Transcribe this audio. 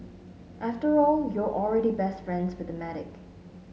after all you're already best friends with the medic